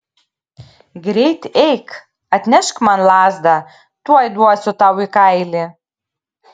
greit eik atnešk man lazdą tuoj duosiu tau į kailį